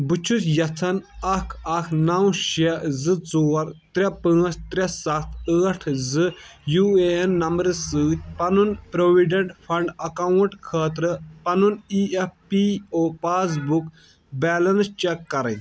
بہٕ چھُس یژھان اَکھ اَکھ نَو شےٚ زٕ ژور ترٛےٚ پانٛژھ ترٛےٚ سَتھ ٲٹھ زٕ یوٗ اے این نمبرٕ سۭتۍ پنُن پروویڈنٹ فنڈ اکاؤنٹ خٲطرٕ پَنُن E P F O passbook balance check کرٕنۍ